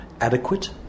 adequate